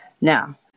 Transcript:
Now